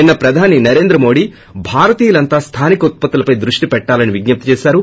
నిన్న ప్రధానమంత్రి నరేంద్ర మోదీ భారతీయులంతా స్థానిక ఉత్పత్తులపై దృష్టి పెట్టాలని విజ్ఞప్తి చేశారు